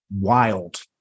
wild